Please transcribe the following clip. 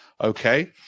Okay